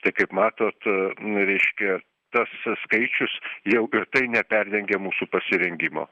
tai kaip matot nu reiškia tas skaičius jau tai neperdengia mūsų pasirengimo